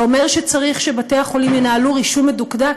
זה אומר שצריך שבתי-החולים ינהלו רישום מדוקדק,